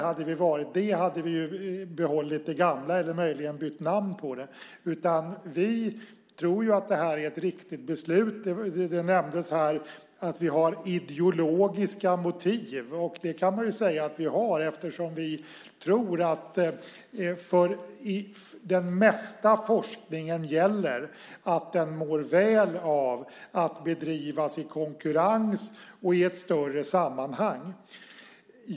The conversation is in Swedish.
Hade vi varit det hade vi behållit det gamla eller möjligen bytt namn på det. Vi tror att det är ett riktigt beslut. Det nämndes här att vi har ideologiska motiv, och det kan man säga att vi har. Vi tror att för den mesta forskningen gäller att den mår väl av att bedrivas i konkurrens och i ett större sammanhang.